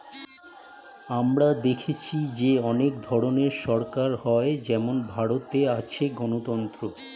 আমরা দেখেছি যে অনেক ধরনের সরকার হয় যেমন ভারতে আছে গণতন্ত্র